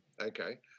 Okay